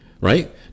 right